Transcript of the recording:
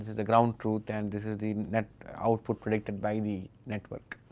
the ground truth and this is the net output predicted by the network.